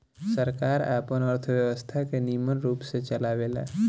सरकार आपन अर्थव्यवस्था के निमन रूप से चलावेला